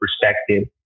perspective